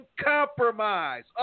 compromise